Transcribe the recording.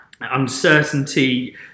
uncertainty